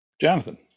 Jonathan